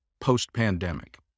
post-pandemic